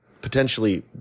Potentially